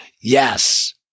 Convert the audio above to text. Yes